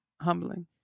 Humbling